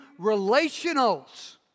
relationals